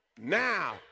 now